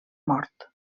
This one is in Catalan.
mort